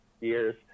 years